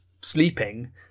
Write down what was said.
sleeping